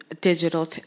digital